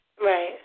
Right